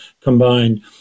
combined